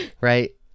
right